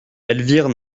elvire